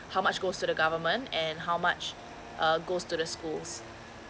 how much goes to the government and how much uh goes to the schools